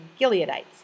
Gileadites